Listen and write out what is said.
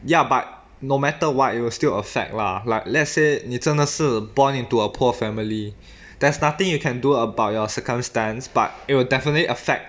ya but no matter what it will still affect lah like let's say 你真的是 born into a poor family there's nothing you can do about your circumstance but it will definitely affect